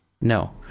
no